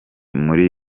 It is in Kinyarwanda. muri